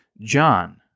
John